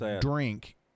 drink